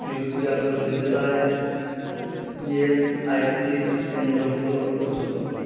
তিরুচিরাপল্লি জেলায় ইএসআইসির কেন্দ্রগুলো খুঁজুন